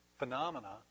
phenomena